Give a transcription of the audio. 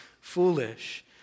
foolish